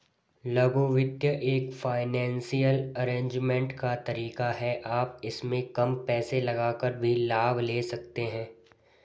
लघु वित्त एक फाइनेंसियल अरेजमेंट का तरीका है आप इसमें कम पैसे लगाकर भी लाभ ले सकते हैं